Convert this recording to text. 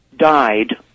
died